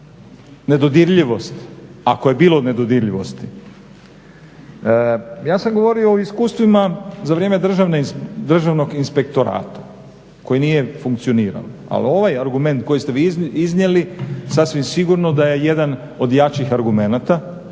nedodirljivost ako je bilo nedodirljivosti. Ja sam govorio o iskustvima za vrijeme Državnog inspektorata koji nije funkcionirao, ali ovaj argument koji ste vi iznijeli sasvim sigurno da je jedan od jačih argumenata